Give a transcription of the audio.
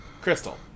Crystal